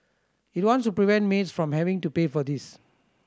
it wants to prevent maids from having to pay for this